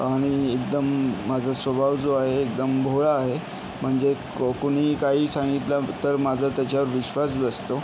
आणि एकदम माझा स्वभाव जो आहे एकदम भोळा आहे म्हणजे क कुणीही काहीही सांगितलं तर माझा त्याच्यावर विश्वास बसतो